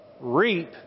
reap